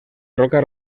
roca